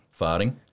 farting